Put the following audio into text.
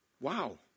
Wow